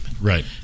Right